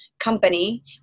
company